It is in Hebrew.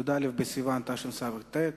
י"א בסיוון התשס"ט,